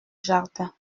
jardin